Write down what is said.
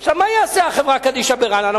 עכשיו, מה תעשה החברה קדישא ברעננה?